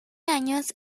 años